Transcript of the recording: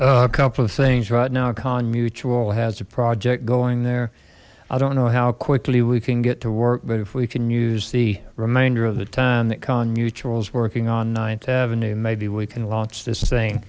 a couple of things right now con mutual has a project going there i don't know how quickly we can get to work but if we can use the remainder of the time that con mutual is working on night maybe we can launch this thing